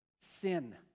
Sin